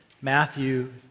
Matthew